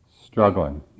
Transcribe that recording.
struggling